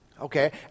Okay